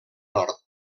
nord